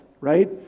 right